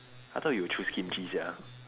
I thought you would choose kimchi sia